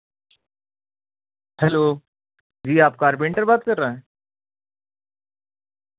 hello جی آپ carpenter بات کر رہے ہیں